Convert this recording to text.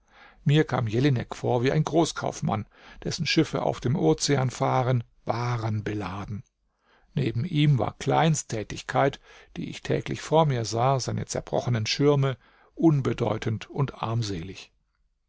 mir kam jelinek vor wie ein großkaufmann dessen schiffe auf dem ozean fahren warenbeladen neben ihm war kleins tätigkeit die ich täglich vor mir sah seine zerbrochenen schirme unbedeutend und armselig